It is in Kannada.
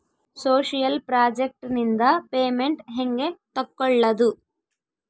ಸೋಶಿಯಲ್ ಪ್ರಾಜೆಕ್ಟ್ ನಿಂದ ಪೇಮೆಂಟ್ ಹೆಂಗೆ ತಕ್ಕೊಳ್ಳದು?